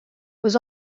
was